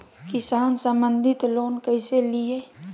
किसान संबंधित लोन कैसै लिये?